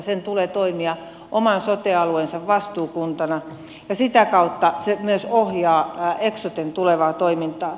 sen tulee toimia oman sote alueensa vastuukuntana ja sitä kautta se myös ohjaa eksoten tulevaa toimintaa